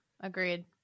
agreed